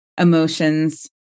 emotions